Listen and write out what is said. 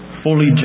fully